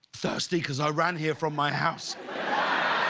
thirsty cause i ran here from my house